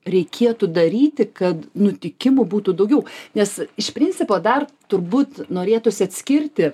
reikėtų daryti kad nutikimų būtų daugiau nes iš principo dar turbūt norėtųsi atskirti